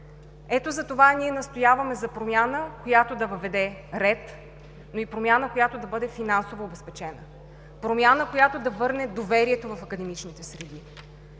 Ето затова настояваме за промяна, която да въведе ред, но и промяна, която да бъде финансово обезпечена, промяна, която да върне доверието в академичните среди.